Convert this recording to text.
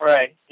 Right